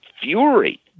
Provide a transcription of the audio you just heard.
fury